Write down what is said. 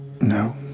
no